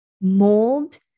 mold